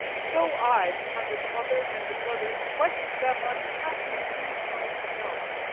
so i, to find a mother and a brother, in quest of them, unhappy, lose myself.